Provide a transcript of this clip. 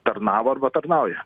tarnavo arba tarnauja